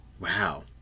Wow